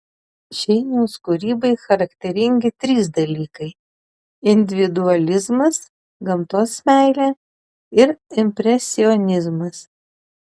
šeiniaus kūrybai charakteringi trys dalykai individualizmas gamtos meilė ir impresionizmas